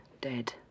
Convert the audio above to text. dead